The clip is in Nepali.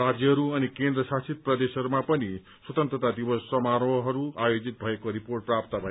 राज्यहरू अनि केन्द्र शासित प्रदेशहरूमा पनि स्वतन्त्रतता दिवस समारोहहरू आयोजित भएको रिपोर्ट प्राप्त भएको छ